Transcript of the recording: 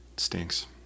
Stinks